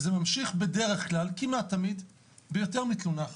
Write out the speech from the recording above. זה ממשיך בדרך כלל, כמעט תמיד, ביותר מתלונה אחת.